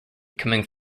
coming